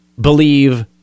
believe